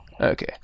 Okay